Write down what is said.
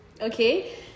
okay